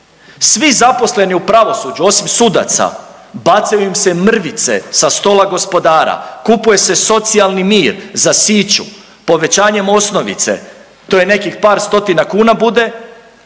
svi zaposleni u pravosuđu osim sudaca bacaju im se mrvice sa stola gospodara, kupuje se socijalni mir za siću povećanjem osnovice, to je nekih par stotina kuna bude